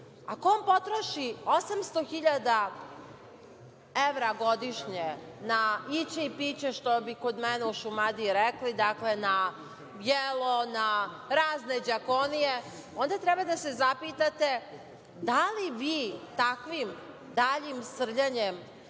ako on potroši 800 hiljada evra godišnje na iće i piće, što bi kod mene u Šumadiji rekli, dakle, na jelo, na razne đakonije, onda treba da se zapitate da li vi takvim daljim srljanjem